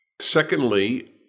Secondly